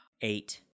Eight